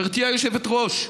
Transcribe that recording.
גברתי היושבת-ראש,